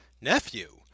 Nephew